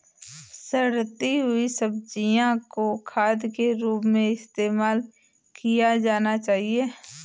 सड़ती हुई सब्जियां को खाद के रूप में इस्तेमाल किया जाना चाहिए